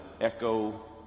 echo